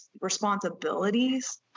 responsibilities